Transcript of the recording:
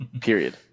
Period